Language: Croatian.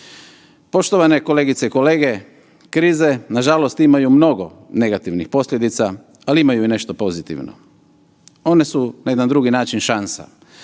Poštovane kolegice i kolege, krize nažalost imaju mnogo negativnih posljedica, ali imaju i nešto pozitivno. One su na jedan drugi način šansa.